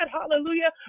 Hallelujah